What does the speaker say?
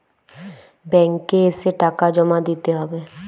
Bank এ এসে টাকা জমা দিতে হবে?